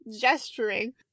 gesturing